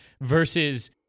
versus